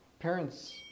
parents